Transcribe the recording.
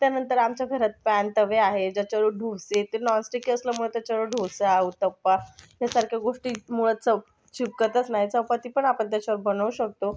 त्याच्यानंतर आमच्या घरात पॅन तवे आहे ज्याच्यावर ढोसे ते नॉनस्टिक असल्यामुळे त्याच्यावर ढोसा उत्तप्पा यासारख्या गोष्टी मुळीच चिपकतच नाही चपातीपण आपण त्याच्यावर बनवू शकतो